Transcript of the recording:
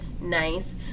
nice